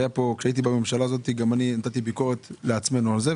כשהייתי בממשלה גם אני נתתי ביקורת לעצמנו על זה,